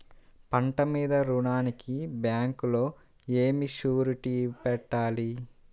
పంట మీద రుణానికి బ్యాంకులో ఏమి షూరిటీ పెట్టాలి?